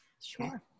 Sure